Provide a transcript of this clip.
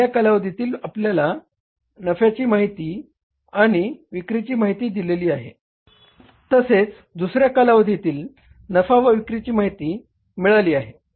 पहिल्या कालावधीत आपल्याला नफ्याची माहिती आणि विक्रीची माहिती दिलेली आहे तसेच दुसऱ्या कालावधीतील नफा व विक्रीची माहिती दिलेली आहे